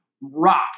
rock